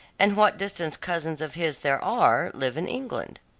and what distant cousins of his there are, live in england.